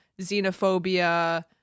xenophobia